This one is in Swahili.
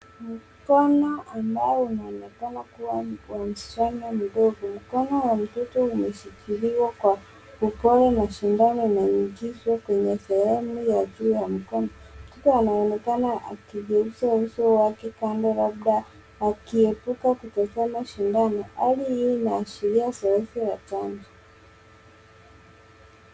Mkono ambao unaonekana kuwa wa msichana mdogo, mkono wa mtoto umeshikiliwa kwa upole na sindano inaingizwa kwenye sehemu ya juu ya mkono. Mtoto anaonekana akigeuza uso wake kando, labda akiepuka kutazama sindano, hali hii inaashiria sehemu ya chanjo.